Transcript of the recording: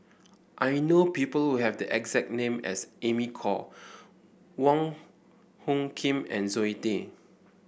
I know people who have the exact name as Amy Khor Wong Hung Khim and Zoe Tay